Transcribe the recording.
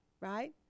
right